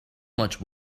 much